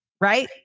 right